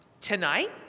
Tonight